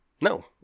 No